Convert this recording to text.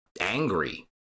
angry